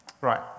Right